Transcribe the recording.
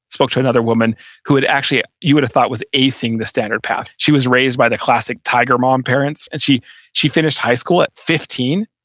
spoke to another woman who had actually, you would've thought was acing the standard path. she was raised by the classic tiger mom parents and she she finished high school at fifteen,